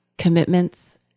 commitments